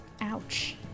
Ouch